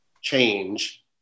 change